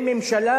בממשלה